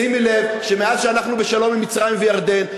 שימי לב שמאז שאנחנו בשלום עם מצרים וירדן,